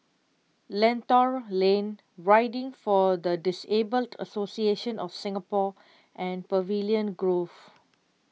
Lentor Lane Riding for the Disabled Association of Singapore and Pavilion Grove